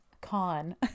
con